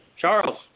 Charles